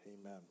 Amen